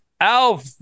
Alf